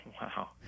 Wow